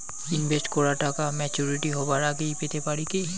Invest করা টাকা maturity হবার আগেই পেতে পারি কি?